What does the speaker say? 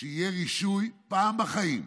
שיהיה רישוי פעם בחיים.